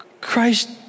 Christ